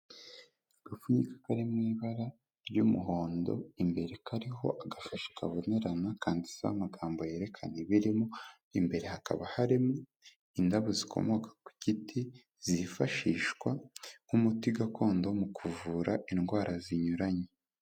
Agapfunyika kari mu ibara ry'umuhondo, imbere kariho agashashi kabonerana kanditseho amagambo yerekana ibirimo, imbere hakaba harimo indabo zikomoka ku giti zifashishwa nk'umuti gakondo mu kuvura indwara zinyuranye.